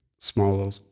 small